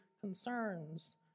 concerns